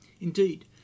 Indeed